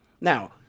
Now